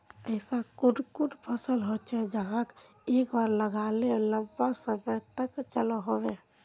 ऐसा कुन कुन फसल होचे जहाक एक बार लगाले लंबा समय तक चलो होबे?